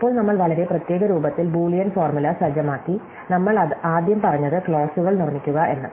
ഇപ്പോൾ നമ്മൾ വളരെ പ്രത്യേക രൂപത്തിൽ ബൂളിയൻ ഫോര്മുലാസ് സജ്ജമാക്കി നമ്മൾ ആദ്യം പറഞ്ഞത് ക്ലോസുകൾ നിർമ്മിക്കുക എന്ന്